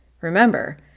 remember